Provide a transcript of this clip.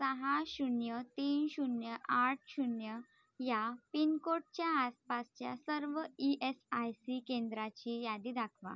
सहा शून्य तीन शून्य आठ शून्य या पिनकोडच्या आसपासच्या सर्व ई एस आय सी केंद्राची यादी दाखवा